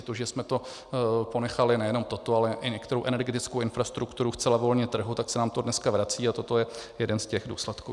To, že jsme to ponechali, nejenom toto, ale i některou energetickou infrastrukturu zcela volně trhu, tak se nám to dneska vrací a toto je jeden z těch důsledků.